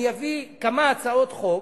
אני אביא כמה הצעות חוק,